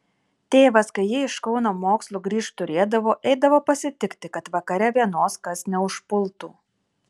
tėvas kai ji iš kauno mokslų grįžt turėdavo eidavo pasitikti kad vakare vienos kas neužpultų